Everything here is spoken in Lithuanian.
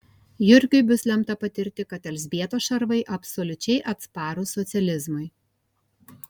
jurgiui bus lemta patirti kad elzbietos šarvai absoliučiai atsparūs socializmui